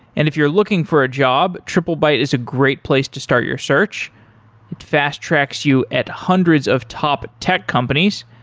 and if you're looking for a job, triplebyte is a great place to start your search. it fast tracks you at hundreds of top tech companies.